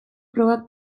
probak